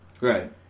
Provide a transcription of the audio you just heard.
Right